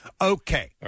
Okay